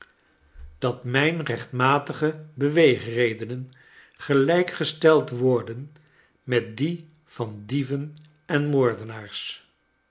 dat mijn rechtkleine dorrit niatige beweegredenen gelijk gesteld worden met die van dieven en moordenaars